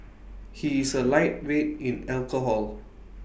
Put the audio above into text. he is A lightweight in alcohol